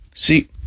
See